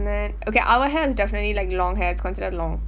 and then okay our hair is definitely like long hair it's considered long